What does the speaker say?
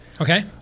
Okay